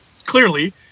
Clearly